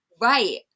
Right